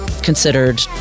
considered